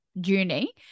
journey